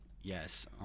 Yes